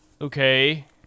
Okay